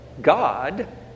God